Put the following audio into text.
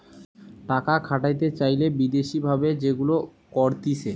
টাকা খাটাতে চাইলে বিদেশি ভাবে যেগুলা করতিছে